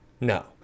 No